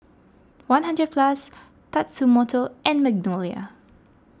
one hundred Plus Tatsumoto and Magnolia